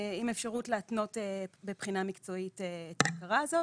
עם אפשרות להתנות בבחינה מקצועית את ההכרה הזאת.